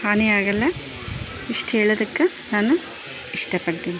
ಹಾನಿಯಾಗಲ್ಲ ಇಷ್ಟು ಹೇಳೋದುಕ್ಕ ನಾನು ಇಷ್ಟ ಪಡ್ತೀನಿ